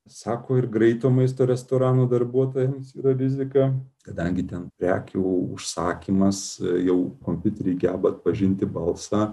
sako ir greito maisto restoranų darbuotojams yra rizika kadangi ten prekių užsakymas jau kompiuteriai geba atpažinti balsą